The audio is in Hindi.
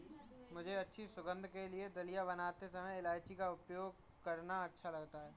मुझे अच्छी सुगंध के लिए दलिया बनाते समय इलायची का उपयोग करना अच्छा लगता है